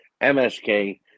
MSK